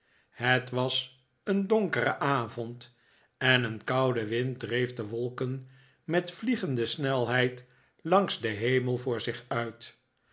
het was een donkere avond en een koude wind dreef de wolken met vliegende snelheid langs den hemel voor zich uit